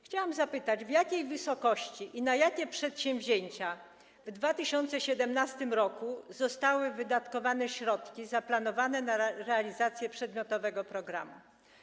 Chciałabym zapytać, w jakiej wysokości i na jakie przedsięwzięcia w 2017 r. zostały wydatkowane środki zaplanowane na realizację przedmiotowego programu.